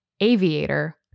aviator